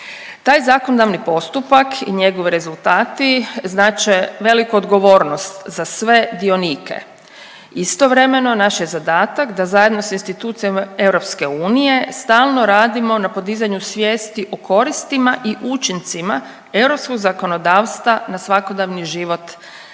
Taj zakonodavni postupak i njegovi rezultati znače veliku odgovornost za sve dionike. Istovremeno naš je zadatak da zajedno s institucijama EU stalno radimo na podizanju svijesti o koristima i učincima europskog zakonodavstva na svakodnevni život